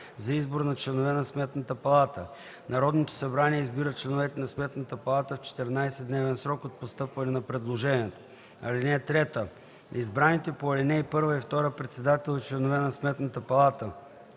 за избор на членове на Сметната палата. Народното събрание избира членовете на Сметната палата в 14-дневен срок от постъпване на предложението. (3) Избраните по ал. 1 и 2 председател и членове на Сметната палата